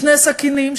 שני סכינים,